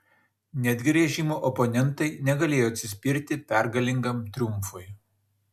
netgi režimo oponentai negalėjo atsispirti pergalingam triumfui